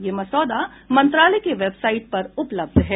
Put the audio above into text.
यह मसौदा मंत्रालय की वेबसाइट पर उपलब्ध है